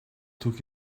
took